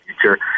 future